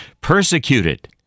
persecuted